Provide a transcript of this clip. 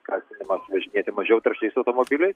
skatinimas važinėti mažiau taršiais automobiliais